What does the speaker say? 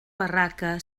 barraca